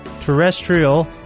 terrestrial